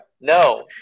No